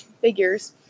figures